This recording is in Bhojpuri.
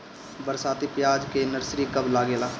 बरसाती प्याज के नर्सरी कब लागेला?